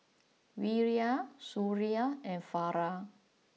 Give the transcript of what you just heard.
Wira Suria and Farah